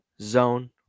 Zone